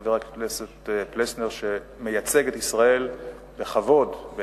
שחבר הכנסת פלסנר שמייצג בכבוד את ישראל